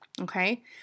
okay